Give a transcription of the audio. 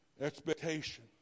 Expectation